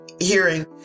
hearing